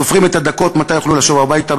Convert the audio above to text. סופרים את הדקות מתי יוכלו לשוב הביתה,